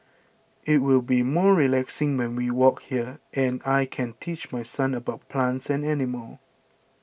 it will be more relaxing when we walk here and I can teach my son about plants and animals